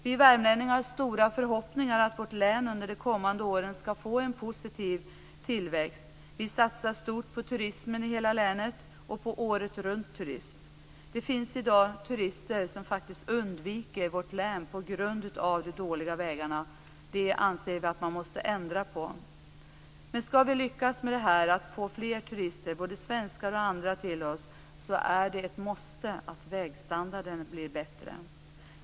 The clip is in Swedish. Vi värmlänningar har stora förhoppningar att vårt län under de kommande åren skall få en positiv tillväxt. Vi satsar stort på turismen i hela länet och på året-runt-turism. Det finns i dag turister som undviker vårt län på grund av de dåliga vägarna. Det anser vi att man måste ändra på. Men skall vi lyckas med att få fler turister, både svenskar och andra, till oss är det ett måste att vägstandarden blir bra.